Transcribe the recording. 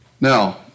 Now